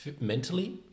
Mentally